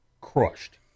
crushed